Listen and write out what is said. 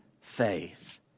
faith